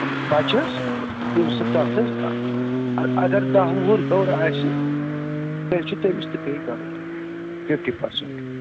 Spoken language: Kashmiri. بَچہٕ حظ تِم تَتھ حظ اَ اَگر دَہ وُہُر ہیٚور آسہِ تیٚلہِ چھُ تٔمِس تہِ پیٚے کَرُن فِفٹی پٔرسنٛٹ